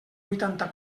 vuitanta